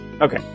Okay